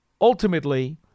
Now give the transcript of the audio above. Ultimately